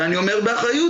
ואני אומר באחריות,